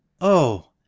Oh